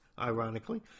ironically